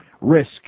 risk